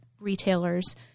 retailers